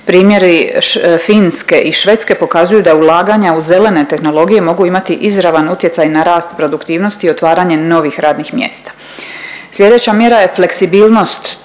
Primjeri Finske i Švedske pokazuju da ulaganja u zelene tehnologije mogu imati izravan utjecaj na rast produktivnosti i otvaranje novih radnih mjesta.